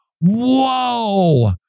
Whoa